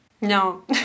No